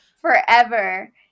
forever